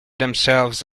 themselves